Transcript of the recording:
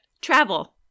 Travel